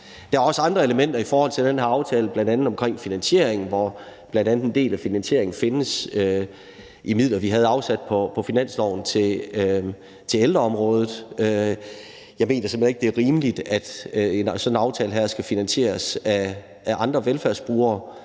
gælder også andre elementer i forhold til den her aftale, bl.a. omkring finansiering, hvor bl.a. en del af finansieringen findes i midler, vi havde afsat på finansloven til ældreområdet. Jeg mener simpelt hen ikke, det er rimeligt, at en sådan aftale her skal finansieres af andre velfærdsbrugere,